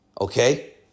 okay